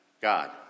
God